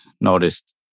noticed